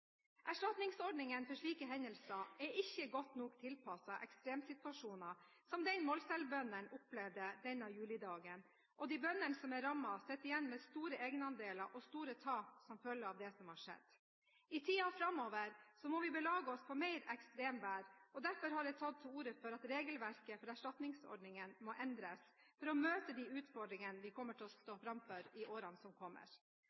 Erstatningsordningene for slike hendelser er ikke godt nok tilpasset ekstremsituasjoner som den Målselv-bøndene opplevde denne julidagen, og de bøndene som er rammet, sitter igjen med store egenandeler og store tap som følge av det som har skjedd. I tiden framover må vi belage oss på mer ekstremvær, og derfor har jeg tatt til orde for at regelverket for erstatningsordninger må endres, for å møte de utfordringene vi kommer til å stå framfor i årene som kommer.